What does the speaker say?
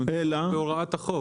זה בהוראת החוק,